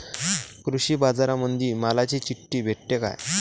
कृषीबाजारामंदी मालाची चिट्ठी भेटते काय?